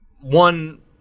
one